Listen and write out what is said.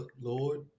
Lord